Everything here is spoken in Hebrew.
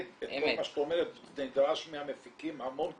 את כל מה שאת אומרת נדרש מהמפיקים המון כסף.